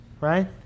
right